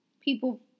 People